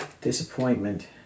disappointment